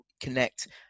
connect